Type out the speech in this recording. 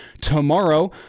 tomorrow